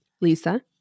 Lisa